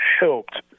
helped